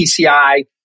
PCI